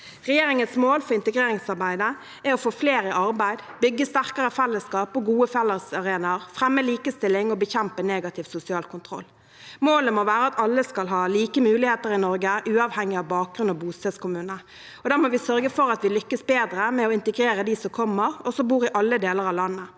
Regjeringens mål for integreringsarbeidet er å få flere i arbeid, bygge sterkere fellesskap og gode fellesarenaer, fremme likestilling og bekjempe negativ sosial kontroll. Målet må være at alle skal ha like muligheter i Norge, uavhengig av bakgrunn og bostedskommune. Da må vi sørge for at vi lykkes bedre med å integrere dem som kommer, og som bor i alle deler av landet.